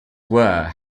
were